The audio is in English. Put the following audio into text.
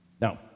now